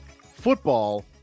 Football